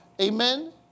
Amen